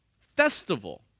festival